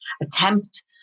attempt